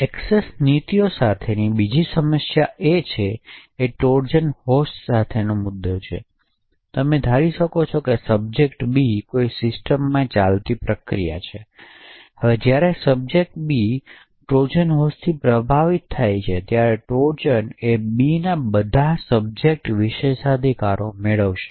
access નીતિઓ સાથેની બીજી સમસ્યા એ ટ્રોજન હોર્સ સાથેનો મુદ્દો છે તમે ધારી શકો કે સબ્જેક્ટ બી કોઈ સિસ્ટમમાં ચાલતી પ્રક્રિયા છે તેથી જ્યારે સબ્જેક્ટ બી ટ્રોજન હોર્સથી પ્રભાવિત થાય છે ત્યારે ટ્રોજન બી ના બધા સબ્જેક્ટ વિશેષાધિકારો મેળવશે